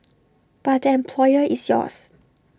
but the employer is yours